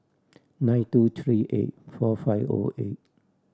nine two three eight four five O eight